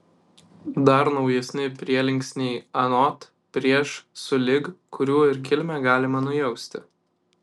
dar naujesni prielinksniai anot prieš sulig kurių ir kilmę galima nujausti